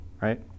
right